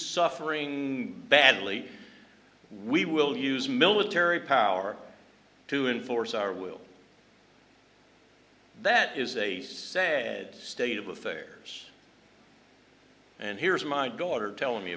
suffering badly we will use military power to enforce our will that is a sad state of affairs and here's my daughter telling me